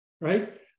right